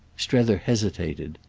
strether hesitated.